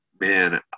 Man